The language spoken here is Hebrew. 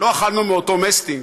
לא אכלנו מאותו מסטינג,